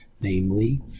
Namely